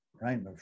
right